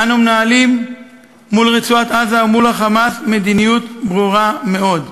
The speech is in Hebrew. אנו מנהלים מול רצועת-עזה ומול ה"חמאס" מדיניות ברורה מאוד.